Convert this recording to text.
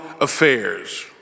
affairs